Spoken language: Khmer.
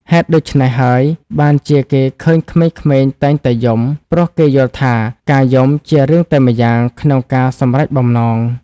ហេតុដូច្នេះហើយបានជាគេឃើញក្មេងៗតែងតែយំ ព្រោះគេយល់ថាការយំជារឿងតែម្យ៉ាងក្នុងការសម្រេចបំណង។